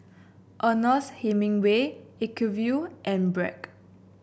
Ernest Hemingway Acuvue and Bragg